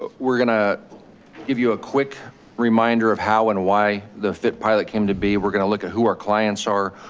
ah we're gonna give you a quick reminder of how and why the fit pilot came to be we're going to look at who our clients are.